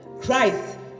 Christ